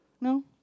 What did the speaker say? No